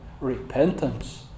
repentance